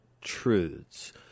truths